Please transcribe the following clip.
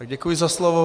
Děkuji za slovo.